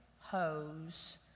hose